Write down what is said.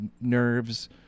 nerves